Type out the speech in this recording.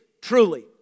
truly